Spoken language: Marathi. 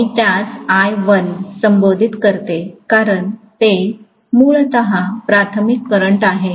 मी त्यास संबोधित करते कारण ते मूलत प्राथमिक करंट आहे